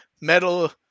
Metal